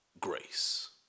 grace